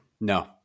no